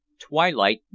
Twilight